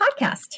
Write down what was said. podcast